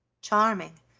charming,